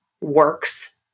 works